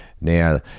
now